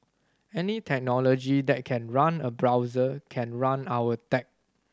any technology that can run a browser can run our tech